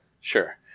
sure